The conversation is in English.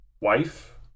wife